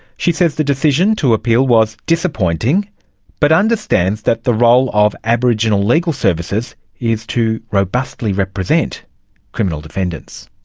she says the decision to appeal was disappointing but understands that the role of aboriginal legal services is to robustly represent criminal defendants.